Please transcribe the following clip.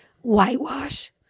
whitewash